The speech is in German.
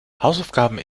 hausaufgabe